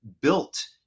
built